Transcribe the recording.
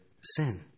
sin